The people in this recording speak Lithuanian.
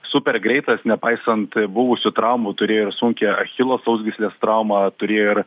super greitas nepaisant buvusių traumų turėjo ir sunkią achilo sausgyslės traumą turėjo ir